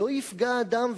לא יפגע אדם,